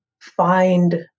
find